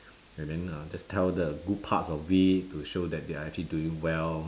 and then uh just tell the good parts of it to show that they are actually doing very well